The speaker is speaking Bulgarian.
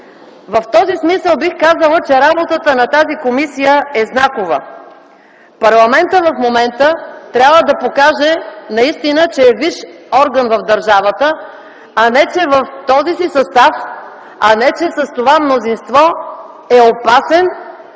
В този смисъл бих казала, че работата на тази комисия е знакова. В момента парламентът трябва да покаже, че е висш орган в държавата, а не че в този си състав и с това мнозинство е опасен,